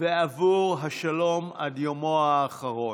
ועבור השלום עד יומו האחרון.